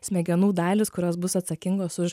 smegenų dalys kurios bus atsakingos už